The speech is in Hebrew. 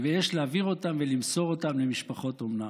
ויש להעביר אותם ולמסור אותם למשפחות אומנה,